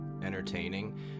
entertaining